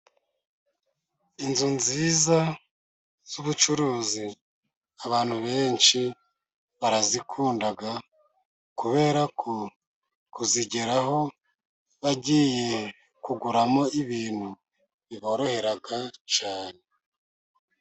Inzu nziza z'ubucuruzi abantu benshi barazikunda, kubera ko kuzigeraho bagiye kuguramo ibintu biborohera cyane.